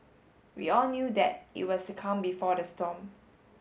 we all knew that it was the calm before the storm